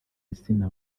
insina